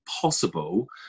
possible